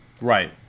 Right